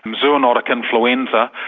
and zoonotic influenza,